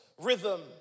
rhythm